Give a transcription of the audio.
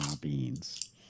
beans